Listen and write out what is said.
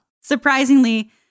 Surprisingly